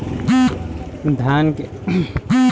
धान के सिचाई में छिड़काव बिधि भी अपनाइल जा सकेला?